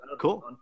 Cool